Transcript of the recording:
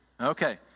Okay